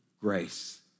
grace